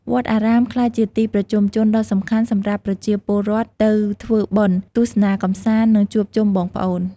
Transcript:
វត្តអារាមក្លាយជាទីប្រជុំជនដ៏សំខាន់សម្រាប់ប្រជាពលរដ្ឋទៅធ្វើបុណ្យ ទស្សនាកម្សាន្ត និងជួបជុំបងប្អូន។